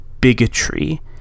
bigotry